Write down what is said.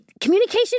communication